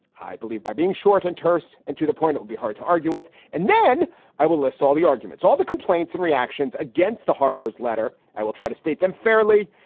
i believe by being short and terse and to the point, it'll be hard to argue with. and then i will list all the arguments, all the complaints and reactions against the harper's letter. i will try to state them fairly.